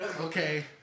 okay